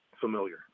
familiar